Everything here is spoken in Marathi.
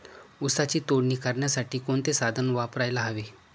ऊसाची तोडणी करण्यासाठी कोणते साधन वापरायला हवे?